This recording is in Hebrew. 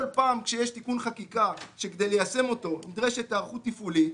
כל פעם כשיש תיקון חקיקה שכדי ליישם אותו נדרשת היערכות תפעולית,